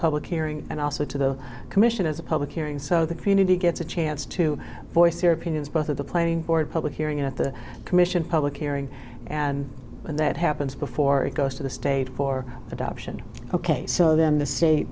public hearing and also to the commission as a public hearing so the community gets a chance to voice their opinions both of the playing board public hearing at the commission public hearing and when that happens before it goes to the state for adoption ok so the t